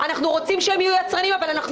אנחנו רוצים שהם יהיו יצרניים אבל אנחנו